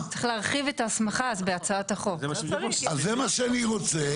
אז זה מה שאני רוצה.